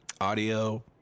audio